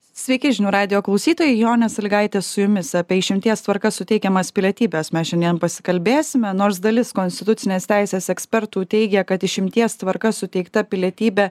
sveiki žinių radijo klausytojai jonė salygaitė su jumis apie išimties tvarka suteikiamas pilietybes mes šiandien pasikalbėsime nors dalis konstitucinės teisės ekspertų teigia kad išimties tvarka suteikta pilietybė